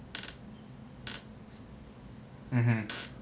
mmhmm